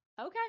Okay